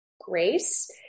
grace